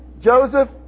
Joseph